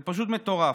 זה מטורף.